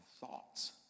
thoughts